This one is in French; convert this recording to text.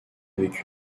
avec